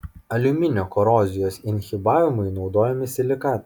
aliuminio korozijos inhibavimui naudojami silikatai